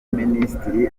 minisitiri